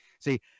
See